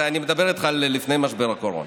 אני מדבר איתך על לפני משבר הקורונה.